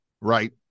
Right